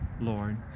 Lord